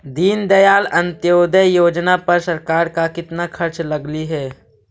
दीनदयाल अंत्योदय योजना पर सरकार का कितना खर्चा लगलई हे